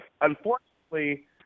Unfortunately